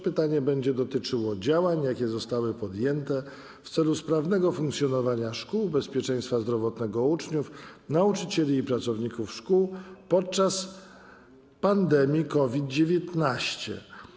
Pytanie będzie dotyczyło działań, jakie zostały podjęte w celu sprawnego funkcjonowania szkół, bezpieczeństwa zdrowotnego uczniów, nauczycieli i pracowników szkół podczas pandemii COVID-19.